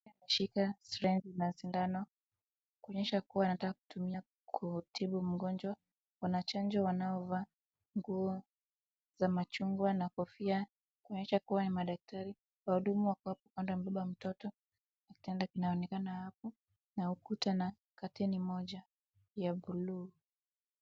Ameshika syringe na shindano kuonyesha kuwa anataka kutumia kutibu mgonjwa. Kuna chanjo wanaovaa nguo za machungwa na kofia kuonyesha kuwa ni madaktari. Wahudumu wako hapo kumbeba mtoto. Kitanda kinaonekana hapo na ukuta na curtani moja ya blue .